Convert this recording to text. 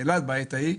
הייתי באילת בעת ההיא,